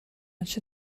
much